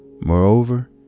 Moreover